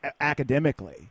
academically